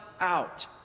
out